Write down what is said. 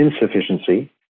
insufficiency